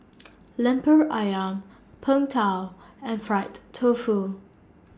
Lemper Ayam Png Tao and Fried Tofu